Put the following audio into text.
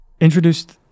Introduced